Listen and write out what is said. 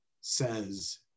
says